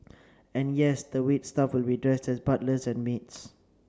and yes the wait staff will be dressed as butlers and maids